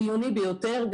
חיוני ביותר,